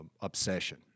obsession